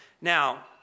Now